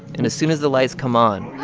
and as soon as the lights come on.